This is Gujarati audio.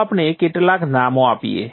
ચાલો આપણે કેટલાક નામો આપીએ